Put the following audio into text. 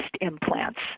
implants